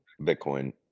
Bitcoin